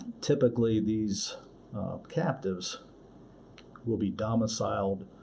typically these captives will be domiciled,